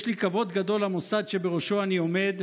יש לי כבוד גדול למוסד שבראשו אני עומד,